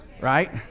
right